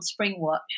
Springwatch